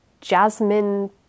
jasmine